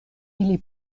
ili